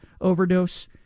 overdose